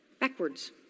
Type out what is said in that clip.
backwards